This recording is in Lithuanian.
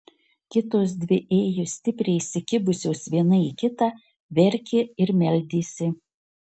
kitos dvi ėjo stipriai įsikibusios viena į kitą verkė ir meldėsi